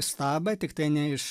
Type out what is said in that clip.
stabą tiktai ne iš